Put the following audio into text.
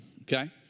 Okay